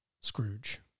Scrooge